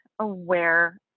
aware